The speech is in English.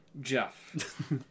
Jeff